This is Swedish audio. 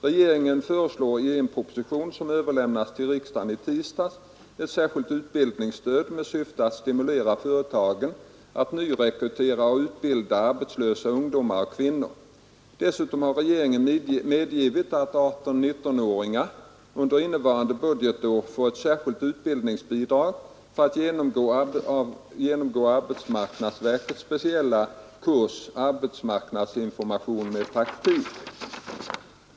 Regeringen föreslår i en proposition, som överlämnades till riksdagen i tisdags, ett särskilt utbildningsstöd med syfte att stimulera företag att nyrekrytera och utbilda arbetslösa ungdomar och kvinnor. Dessutom har regeringen medgivit att 18—19-åringar under innevarande budgetår får ett särskilt utbildningsbidrag för att genomgå arbetsmarknadsverkets speciella kurs ”Arbetsmarknadsinformation med praktik”.